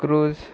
crows